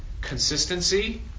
Consistency